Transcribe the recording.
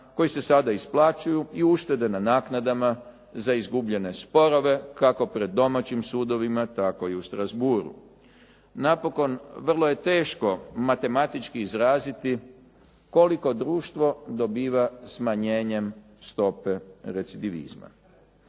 koji se sada isplaćuju i uštede na naknadama za izgubljene sporove kako pred domaćim sudovima, tako i u Strasbourgu. Napokon vrlo je teško matematički izraziti koliko društvo dobiva smanjenjem stope recitivizma.